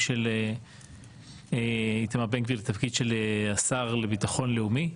של איתמר בן גביר לתפקיד של השר לביטחון לאומי.